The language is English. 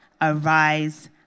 arise